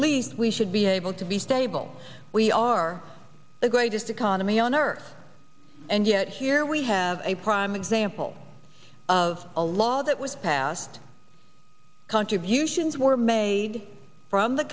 least we should be able to be stable we are the greatest economy on earth and yet here we have a prime example of a law that was passed contributions were made from the